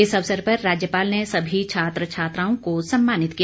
इस अवसर पर राज्यपाल ने सभी छात्र छात्राओं को सम्मानित किया